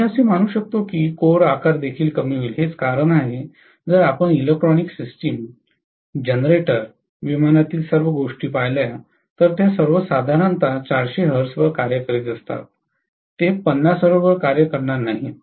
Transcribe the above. मी असे मानू शकतो की कोर आकार देखील कमी होईल हेच एक कारण आहे जर आपण इलेक्ट्रॉनिक सिस्टम जनरेटर विमानातील सर्व गोष्टी पाहिल्या तर त्या सर्व साधारणतः 400 Hz वर कार्यरत असतील ते 50 Hz वर कार्य करणार नाहीत